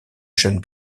jeune